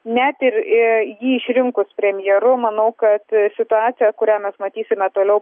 net ir jį išrinkus premjeru manau kad situacija kurią mes matysime toliau